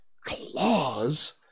claws